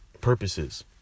purposes